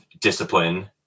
discipline